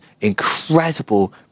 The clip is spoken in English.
incredible